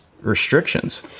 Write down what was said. Restrictions